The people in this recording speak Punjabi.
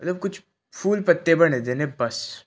ਮਤਲਬ ਕੁਝ ਫੁੱਲ ਪੱਤੇ ਬਣੇਦੇ ਨੇ ਬਸ